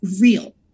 real